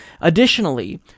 Additionally